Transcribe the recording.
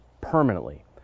permanently